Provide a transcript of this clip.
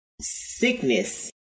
sickness